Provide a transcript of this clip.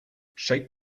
shape